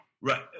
Right